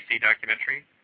documentary